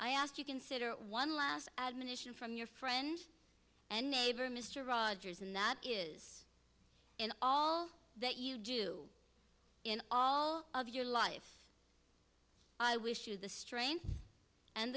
i ask you consider one last admonition from your friend and neighbor mr rogers and that is in all that you do in all of your life i wish you the strength and